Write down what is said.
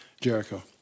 Jericho